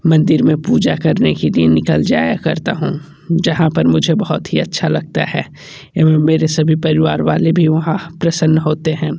मंदिर में पूजा करने के लिए निकल जाया करता हूँ जहाँ पर मुझे बहुत ही अच्छा लगता है एवम मेरे सभी परिवारवाले भी वहाँ प्रसन्न होते हैं